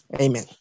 Amen